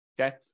Okay